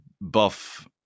buff